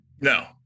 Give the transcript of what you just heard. No